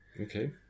Okay